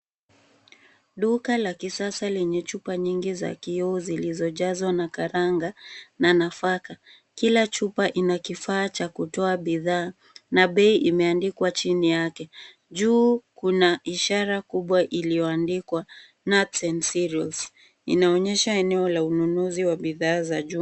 Duka la kisasa lenye chupa nyingi za kioo zilizojazwa na karanga na nafaka, Kila chupa inakifaa Cha kutua bidhaa na bei imeandikwa chini yake, juu Kuna ishara kubwa iliyoandikwa nuts and cereals inaonyesha eneo la ununusi la juu